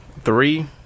Three